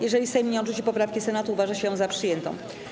Jeżeli Sejm nie odrzuci poprawki Senatu, uważa się ją za przyjętą.